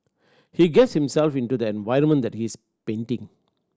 he gets himself into the environment that he's painting